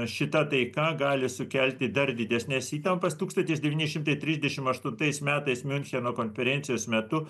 šita taika gali sukelti dar didesnes įtampas tūkstantis devyni šimtai trisdešim aštuntais metais miuncheno konferencijos metu